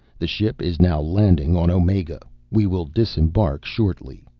the ship is now landing on omega. we will disembark shortly.